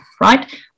right